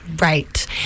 Right